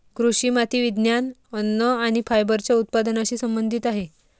कृषी माती विज्ञान, अन्न आणि फायबरच्या उत्पादनाशी संबंधित आहेत